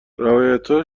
روایتها